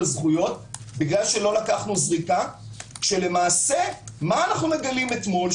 הזכויות בגלל שלא לקחנו זריקה כשלמעשה מה אנחנו מגלים אתמול?